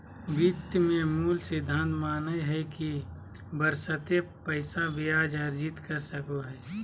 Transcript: वित्त के मूल सिद्धांत मानय हइ कि बशर्ते पैसा ब्याज अर्जित कर सको हइ